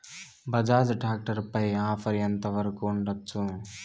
Bajaj tractor పై offer ఎంత వరకు ఉండచ్చు?